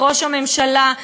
מראש הממשלה,